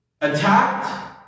attacked